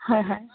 হয় হয়